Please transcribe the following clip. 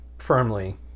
Firmly